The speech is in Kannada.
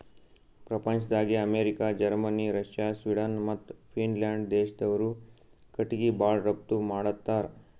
ಪ್ರಪಂಚ್ದಾಗೆ ಅಮೇರಿಕ, ಜರ್ಮನಿ, ರಷ್ಯ, ಸ್ವೀಡನ್ ಮತ್ತ್ ಫಿನ್ಲ್ಯಾಂಡ್ ದೇಶ್ದವ್ರು ಕಟಿಗಿ ಭಾಳ್ ರಫ್ತು ಮಾಡತ್ತರ್